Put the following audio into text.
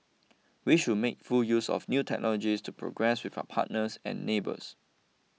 we should make full use of new technologies to progress with our partners and neighbours